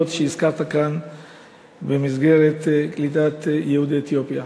שהזכרת כאן במסגרת קליטת יהודי אתיופיה.